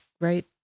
right